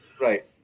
Right